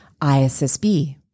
ISSB